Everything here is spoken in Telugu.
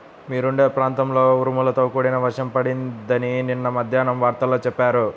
మీరుండే ప్రాంతంలో ఉరుములతో కూడిన వర్షం పడిద్దని నిన్న మద్దేన్నం వార్తల్లో చెప్పారు